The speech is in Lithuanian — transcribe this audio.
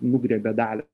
nugriebia dalį